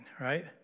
Right